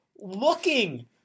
looking